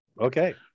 Okay